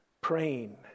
praying